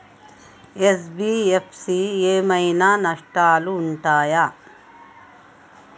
NBFC ఏమైనా నష్టాలు ఉంటయా?